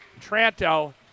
Tranto